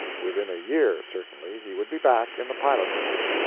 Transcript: within a year, certainly, he would be back in the pilot-house.